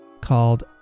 called